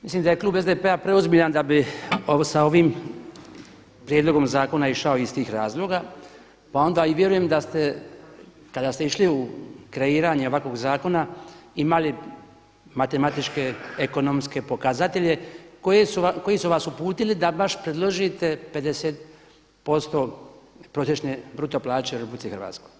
Mislim da je Klub SDP-a preozbiljan da bi sa ovim prijedlogom zakona išao iz tih razloga, pa onda i vjerujem da ste kada ste išli u kreiranje ovakvog zakona imali matematičke, ekonomske pokazatelje koji su vas uputili da baš predložite 50% prosječne bruto plaće u Republici Hrvatskoj.